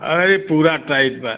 अरे पूरा टाइट बा